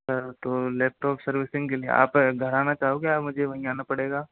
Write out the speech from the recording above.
sir तो laptop servicing के लिए आप घर आना चाहोगे या मुझे वहीं आना पड़ेगा